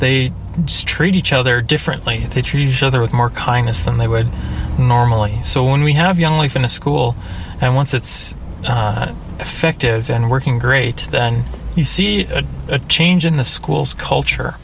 they treat each other differently they treat each other with more kindness than they would normally so when we have young life in a school and once it's effective and working great then you see a change in the schools culture